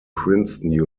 princeton